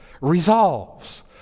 resolves